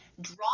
draw